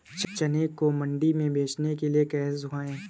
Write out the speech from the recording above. चने को मंडी में बेचने के लिए कैसे सुखाएँ?